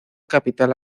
capital